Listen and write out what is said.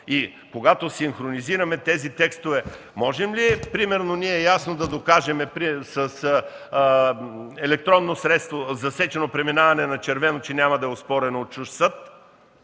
и когато синхронизираме тези текстове, можем ли ясно да докажем с електронно средство, че засечено преминаване на червено няма да е оспорено от чужд съд?